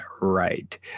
right